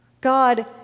God